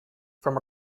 from